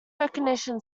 recognition